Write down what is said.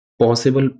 possible